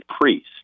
priest